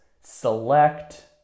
select